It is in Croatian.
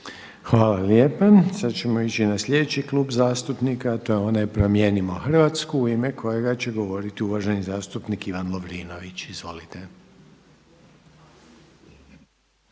Hvala lijepa. Sada ćemo prijeći na sljedeći klub zastupnika, a to je onaj HNS-a i HSU-a u ime kojega će govoriti uvaženi zastupnik Ivan Vrdoljak. Izvolite.